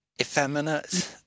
effeminate